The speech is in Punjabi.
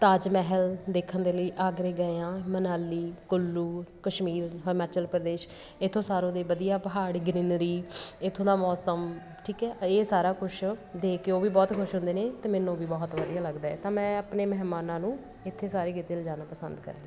ਤਾਜ ਮਹਿਲ ਦੇਖਣ ਦੇ ਲਈ ਆਗਰੇ ਗਏ ਹਾਂ ਮਨਾਲੀ ਕੁੱਲੂ ਕਸ਼ਮੀਰ ਹਿਮਾਚਲ ਪ੍ਰਦੇਸ਼ ਇੱਥੋਂ ਸਾਰੋ ਦੇ ਵਧੀਆ ਪਹਾੜ ਗਰੀਨਰੀ ਇੱਥੋਂ ਦਾ ਮੌਸਮ ਠੀਕ ਹੈ ਇਹ ਸਾਰਾ ਕੁਛ ਦੇਖ ਕੇ ਉਹ ਵੀ ਬਹੁਤ ਖੁਸ਼ ਹੁੰਦੇ ਨੇ ਅਤੇ ਮੈਨੂੰ ਵੀ ਬਹੁਤ ਵਧੀਆ ਲੱਗਦਾ ਹੈ ਤਾਂ ਮੈਂ ਆਪਣੇ ਮਹਿਮਾਨਾਂ ਨੂੰ ਇੱਥੇ ਸਾਰੇ ਕਿਤੇ ਲਿਜਾਣਾ ਪਸੰਦ ਕਰਦੀ ਹਾਂ